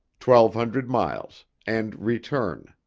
twelve hundred miles, and return.